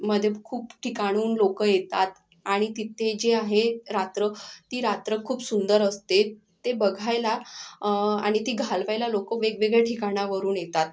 मदे खूप ठिकाणून लोक येतात आणि तिथे जे आहे रात्र ती रात्र खूप सुंदर असते ते बघायला आणि ती घालवायला लोक वेगवेगळ्या ठिकाणावरून येतात